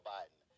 Biden